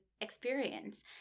experience